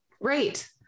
Right